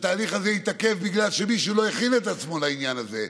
שהתהליך הזה יתעכב בגלל שמישהו לא הכין את עצמו לעניין הזה,